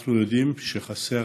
אנחנו יודעים שחסרים